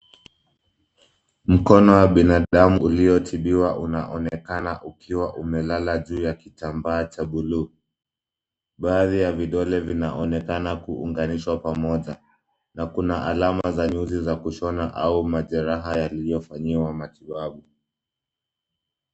Mkono wa binadamu uliotibiwa unaonekana ukiwa umelala juu ya kitambaa cha buluu. Baadhi ya vidole vinaonekana kuunganishwa pamoja na kuna alama za nyuzi za kushona au majeraha yaliyofanyiwa matibabu.